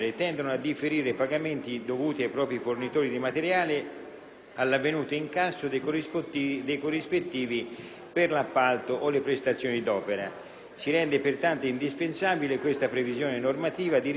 all'avvenuto incasso dei corrispettivi per l'appalto o per le prestazioni d'opera. Si rende, pertanto, indispensabile questa previsione normativa di rimedi più consoni al normale andamento delle pratiche negoziali di impresa,